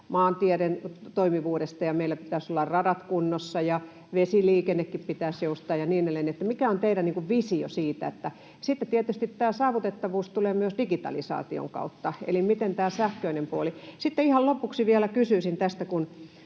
maanteiden toimivuudesta ja meillä pitäisi olla radat kunnossa ja vesiliikenteenkin pitäisi joustaa ja niin edelleen. Mikä on teidän visionne siitä? Sitten tietysti tämä saavutettavuus tulee myös digitalisaation kautta. Eli miten tämä sähköinen puoli? Sitten ihan lopuksi vielä kysyisin tästä,